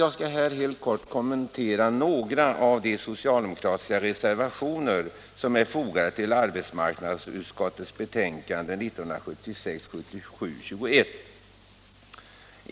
Jag skall här helt kort kommentera några av de socialdemokratiska reservationer som är fogade till arbetsmarknadsutskottets betänkande 1976/77:21.